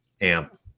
amp